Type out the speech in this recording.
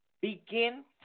Begin